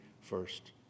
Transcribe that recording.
first